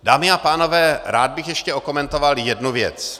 Dámy a pánové, rád bych ještě okomentoval jednu věc.